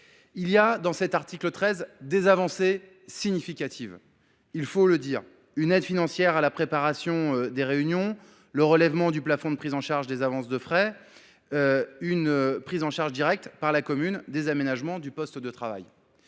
13 comporte des avancées significatives : une aide financière à la préparation des réunions, le relèvement du plafond de prise en charge des avances de frais, une prise en charge directe par la commune des aménagements des postes de travail.